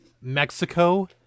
mexico